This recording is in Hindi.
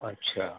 अच्छा